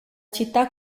città